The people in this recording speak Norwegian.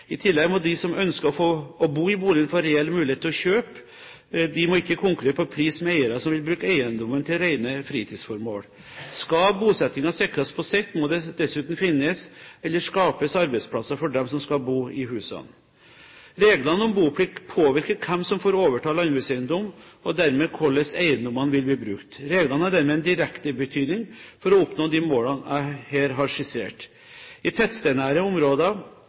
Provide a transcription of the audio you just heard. I tillegg må de som ønsker å bo i boligen, få reell mulighet til å kjøpe. De må ikke konkurrere på pris med eiere som vil bruke eiendommen til rene fritidsformål. Skal bosettingen sikres på sikt, må det dessuten finnes eller skapes arbeidsplasser for dem som skal bo i husene. Reglene om boplikt påvirker hvem som får overta landbrukseiendom, og dermed hvordan eiendommene vil bli brukt. Reglene har dermed en direkte betydning for å oppnå de målene jeg her har skissert. I tettstednære områder